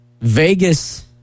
Vegas